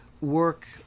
work